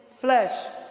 flesh